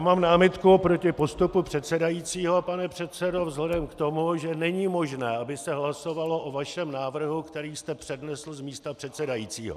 Mám námitku proti postupu předsedajícího, pane předsedo, vzhledem k tomu, že není možné, aby se hlasovalo o vašem návrhu, který jste přednesl z místa předsedajícího.